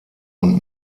und